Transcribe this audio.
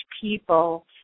people